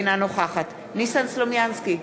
אינה נוכחת ניסן סלומינסקי,